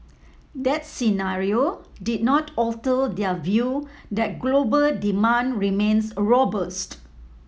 that scenario did not alter their view that global demand remains robust